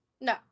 No